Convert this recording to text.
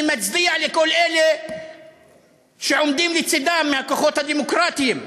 אני מצדיע לכל אלה שעומדים לצדם מהכוחות הדמוקרטיים,